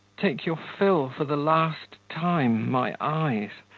take your fill for the last time, my eyes.